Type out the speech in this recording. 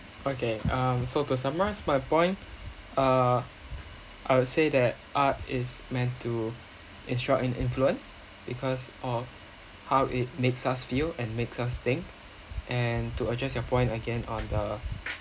okay um so to summarize my point uh I would say that art is meant to instruct and influence because of how it makes us feel and makes us think and to adjust your point again on the